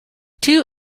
two